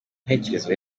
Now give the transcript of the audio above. ntekerezo